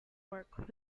work